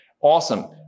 Awesome